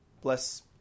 bless